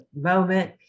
moment